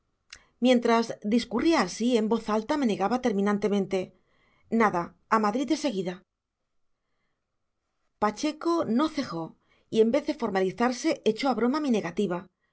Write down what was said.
mientras discurría así en voz alta me negaba terminantemente nada a madrid de seguida pacheco no cejó y en vez de formalizarse echó a broma mi negativa